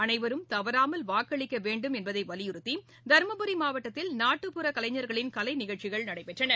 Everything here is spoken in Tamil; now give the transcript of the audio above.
அனைவரும் தவறாமல் வாக்களிக்கவேண்டும் என்பதை வலியுறுத்தி தர்மபுரி மாவட்டத்தில் நாட்டுப்புற கலைஞர்களின் கலை நிகழ்ச்சிகள் நடைபெற்றது